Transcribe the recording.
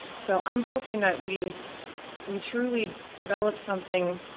so, i'm hoping that we we truly develop something,